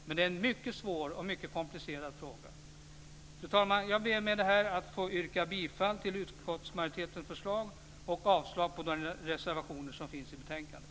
Men det är en mycket svår och komplicerad fråga. Fru talman! Jag ber med detta att få yrka bifall till utskottsmajoritetens förslag och avslag på de reservationer som finns i betänkandet.